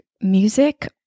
music